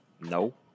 No